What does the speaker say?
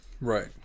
Right